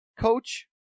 Coach